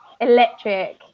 electric